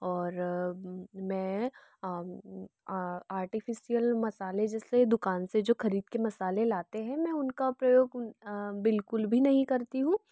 और मैं आ आर्टिफिशियल मसाले जिससे दुकान से जो ख़रीद कर जो मसाले लाते हैं मैं उनका प्रयोग बिलकुल भी नहीं करती हूँ